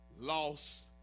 lost